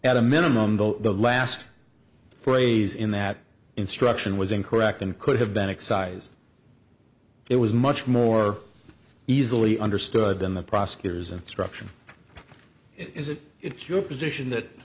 at a minimum the last phrase in that instruction was incorrect and could have been excised it was much more easily understood than the prosecutor's instruction is it is your position that